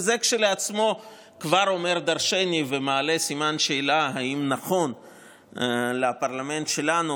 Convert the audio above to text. וזה כשלעצמו כבר אומר דרשני ומעלה סימן שאלה אם נכון לפרלמנט שלנו,